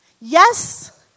Yes